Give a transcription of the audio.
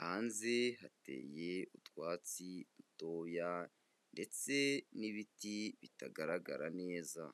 hanze hateye utwatsi dutoya ndetse n'ibiti bitagaragara neza.